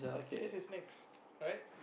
this is mix right